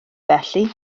felly